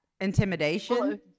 intimidation